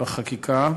בחקיקה.